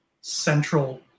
central